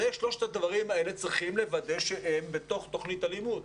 צריכים לוודא ששלושת הדברים האלה הם בתוך תוכנית הלימוד.